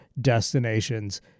destinations